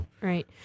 Right